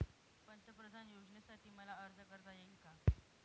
पंतप्रधान योजनेसाठी मला अर्ज करता येईल का?